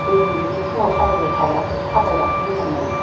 जों बिदि फुङाव थाबायबाय थाग्राखाय थाबायब्लासो मोजां मोनो